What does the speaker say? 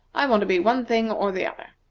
i want to be one thing or the other.